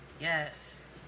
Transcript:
Yes